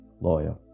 Lawyer